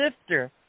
sister